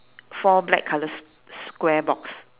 four black colour s~ square box